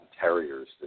Terriers